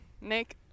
Nick